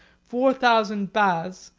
four thousand baths,